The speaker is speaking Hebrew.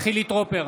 חילי טרופר,